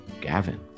Gavin